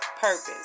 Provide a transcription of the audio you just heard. purpose